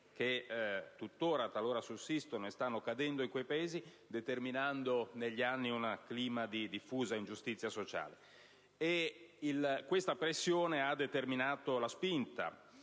che tuttora talora sussistono o stanno cadendo, determinando negli anni un clima di diffusa ingiustizia sociale. Questa pressione ha determinato la spinta